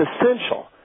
essential